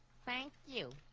thank you